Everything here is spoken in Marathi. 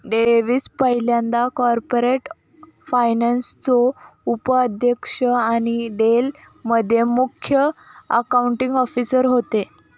डेव्हिस पयल्यांदा कॉर्पोरेट फायनान्सचो उपाध्यक्ष आणि डेल मध्ये मुख्य अकाउंटींग ऑफिसर होते